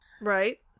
Right